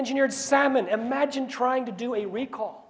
engineered salmon imagine trying to do a recall